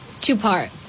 two-part